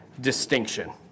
distinction